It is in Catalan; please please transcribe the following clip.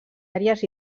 àries